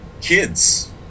kids